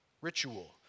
ritual